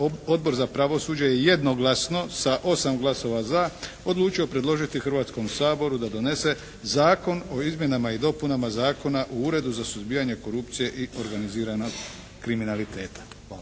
Odbor za pravosuđe je jednoglasno sa 8 glasova za odlučio predložiti Hrvatskom saboru da donese Zakon o izmjenama i dopunama Zakona u Uredu za suzbijanje korupcije i organiziranog kriminaliteta.